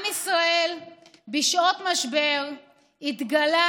עם ישראל בשעות משבר התגלה,